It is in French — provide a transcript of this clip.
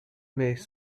mais